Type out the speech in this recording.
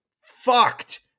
fucked